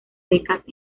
becas